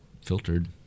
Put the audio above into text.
filtered